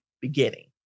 beginning